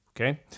Okay